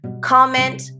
comment